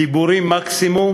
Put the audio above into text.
דיבורים מקסימום